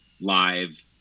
live